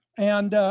and